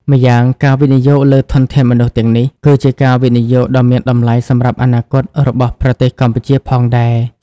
ម្យ៉ាងការវិនិយោគលើធនធានមនុស្សទាំងនេះ គឺជាការវិនិយោគដ៏មានតម្លៃសម្រាប់អនាគតរបស់ប្រទេសកម្ពុជាផងដែរ។